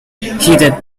that